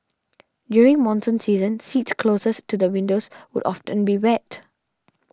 during monsoon season seats closest to the windows would often be wet